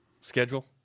schedule